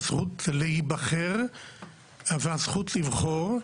הזכות להיבחר והזכות לבחור,